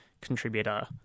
contributor